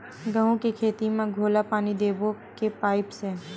गेहूं के खेती म घोला पानी देबो के पाइप से?